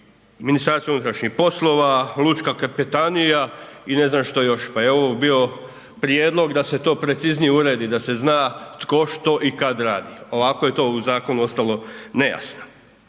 moći nadzirati i MUP, Lučka kapetanija i ne znam što još, pa evo je bio prijedlog da se to preciznije uredi, da se zna tko što i kako radi, ovako je to u zakonu ostalo nejasno.